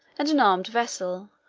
and an armed vessel,